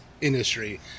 industry